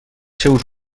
seus